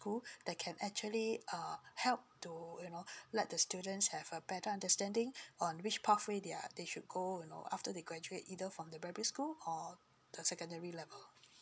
that can actually uh help to you know let the students have a better understanding on which pathway their they should go you know after they graduate either from the primary school or secondary level